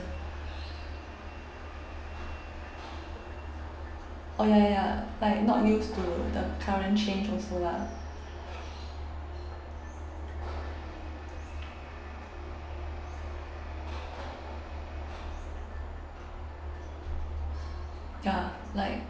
oh ya ya like not used to the current change also lah ya like